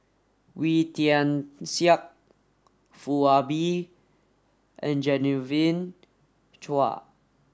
Wee Tian Siak Foo Ah Bee and Genevieve Chua